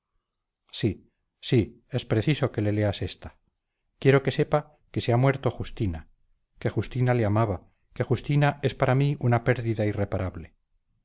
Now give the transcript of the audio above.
sí sí es preciso que le leas esta quiero que sepa que se ha muerto justina que justina le amaba que justina es para mí una pérdida irreparable